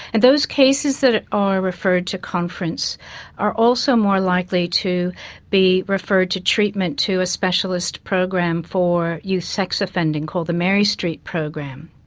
and those cases that are referred to conference are also more likely to be referred to treatment to a specialist program for youth sex offending called the mary street program.